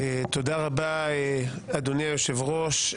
תודה רבה, אדוני היושב-ראש.